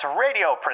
Radio